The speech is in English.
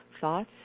thoughts